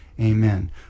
Amen